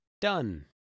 Done